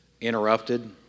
interrupted